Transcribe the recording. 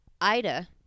Ida